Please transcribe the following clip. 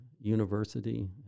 university